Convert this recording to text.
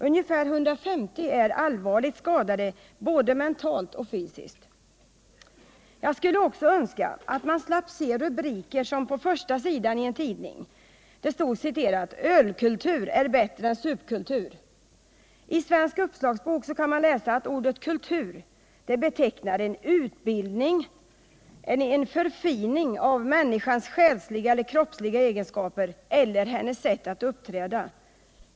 Ungefär 150 är allvarligt skadade både mentalt och fysiskt. Jag skulle önska att man slapp se sådana rubriker som den jag sett på första sidan i en tidning. Där stod: ”Ölkultur är bättre än supkultur”. I Svensk Uppslagsbok kan man läsa att ordet kultur betecknar en utbildning av en människas själsliga eller kroppsliga egenskaper eller av hennes sätt att uppträda.